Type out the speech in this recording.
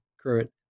current